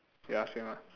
ya same ah